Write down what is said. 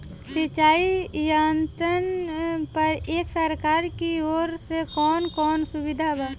सिंचाई यंत्रन पर एक सरकार की ओर से कवन कवन सुविधा बा?